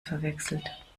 verwechselt